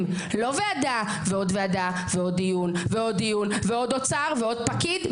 ועדה ועוד אחת ועוד דיון ועוד דיון ועוד אוצר ועוד פקיד,